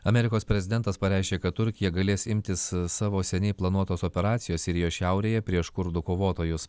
amerikos prezidentas pareiškė kad turkija galės imtis savo seniai planuotos operacijos sirijos šiaurėje prieš kurdų kovotojus